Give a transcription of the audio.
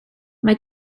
mae